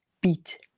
beat